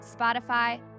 Spotify